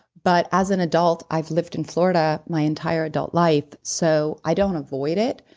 but as an adult i've lived in florida my entire adult life so i don't avoid it.